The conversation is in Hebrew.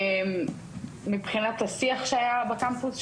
מבחינת השיח שהיה בקמפוס.